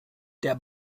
der